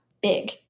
big